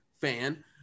fan